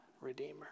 Redeemer